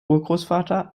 urgroßvater